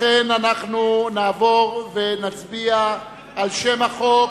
לכן אנחנו נעבור ונצביע על שם החוק